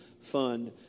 fund